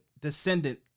descendant